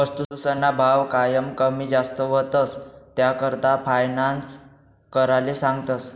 वस्तूसना भाव कायम कमी जास्त व्हतंस, त्याकरता फायनान्स कराले सांगतस